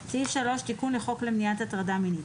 תיקון חוק למניעת הטרדה מינית